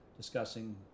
discussing